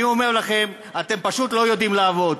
אני אומר לכם, אתם פשוט לא יודעים לעבוד.